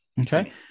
Okay